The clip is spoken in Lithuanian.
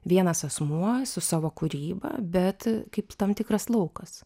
vienas asmuo su savo kūryba bet kaip tam tikras laukas